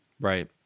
Right